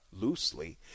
loosely